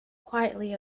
quietly